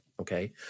Okay